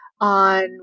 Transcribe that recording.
on